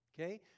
okay